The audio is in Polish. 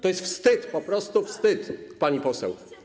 To jest wstyd, po prostu wstyd, pani poseł.